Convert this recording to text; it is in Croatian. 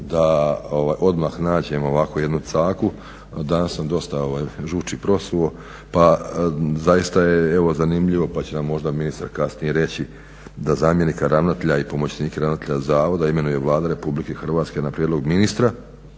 da odmah nađem ovako jednu caku, danas sam dosta žući prosuo pa zaista je evo zanimljivo pa će nam možda ministar kasnije reći da zamjenika ravnatelja i pomoćnike ravnatelja zavoda imenuje Vlada RH na prijedlog ministra